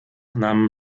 nahm